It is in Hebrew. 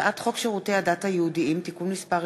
הצעת חוק שירותי הדת היהודיים (תיקון מס'